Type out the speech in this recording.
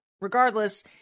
regardless